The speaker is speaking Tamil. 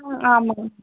ஆ ஆமாம்